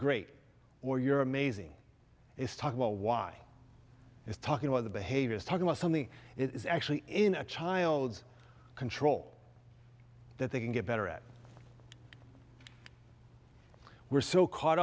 great or you're amazing is talk about why he's talking about the behaviors talk about something it is actually in a child's control that they can get better at were so caught